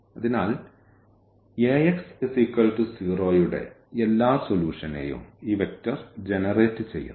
അതിനാൽ Ax0 യുടെ എല്ലാ സൊലൂഷനെയും ഈ വെക്ടർ ജനറേറ്റ് ചെയ്യുന്നു